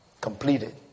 completed